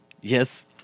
Yes